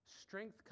strength